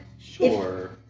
Sure